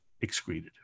excreted